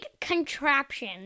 contraption